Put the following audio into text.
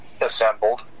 assembled